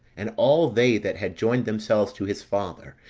and all they that had joined themselves to his father,